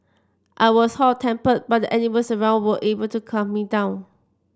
I was hot tempered but the animals around were able to calm me down